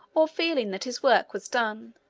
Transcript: or feeling that his work was done.